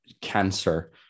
cancer